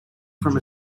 from